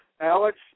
Alex